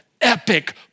epic